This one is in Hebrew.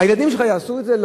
הילדים שלך יעשו את זה?